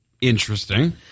Interesting